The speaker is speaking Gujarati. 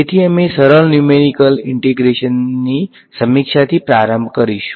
તેથી અમે સરળ ન્યુમેરીકલ ઈંટેગ્રેશનની સમીક્ષાથી પ્રારંભ કરીશું